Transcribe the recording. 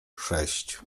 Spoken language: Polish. sześć